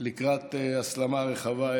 לקראת הסלמה רחבה,